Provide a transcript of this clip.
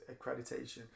accreditation